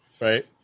right